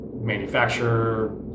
manufacturer